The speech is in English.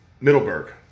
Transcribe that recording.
Middleburg